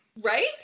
Right